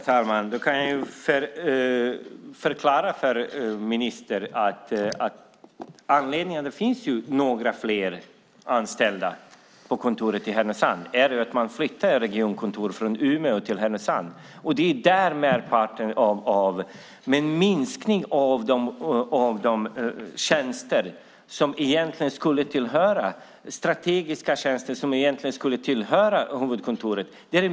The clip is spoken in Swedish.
Herr talman! Jag ska förklara det för ministern. Anledningen till att det finns några flera anställda på kontoret i Härnösand är att man flyttade ett regionkontor från Umeå till Härnösand. Därför blev merparten där med en minskning av de strategiska tjänster som egentligen skulle tillhöra huvudkontoret.